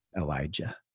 Elijah